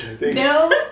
no